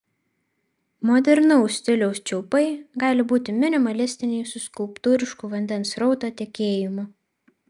modernaus stiliaus čiaupai gali būti minimalistiniai su skulptūrišku vandens srauto tekėjimu